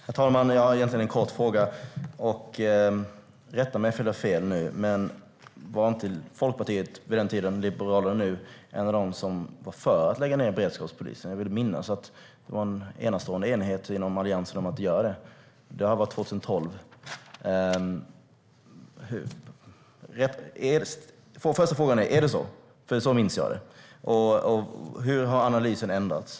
Herr talman! Jag har egentligen bara en kort fråga. Rätta mig om jag har fel nu, men var inte Folkpartiet vid den tiden, nuvarande Liberalerna, ett parti av dem som var för att lägga ned beredskapspolisen? Jag vill minnas att det rådde en enastående enighet inom Alliansen om att göra det. Detta var 2012. Den första frågan är: Är det så? Så minns jag det. Och hur har analysen ändrats?